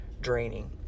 draining